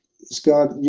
Scott